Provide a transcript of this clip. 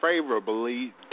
favorably